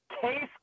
Case